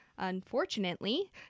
Unfortunately